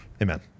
Amen